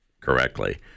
correctly